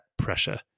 Pressure